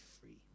free